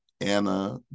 Anna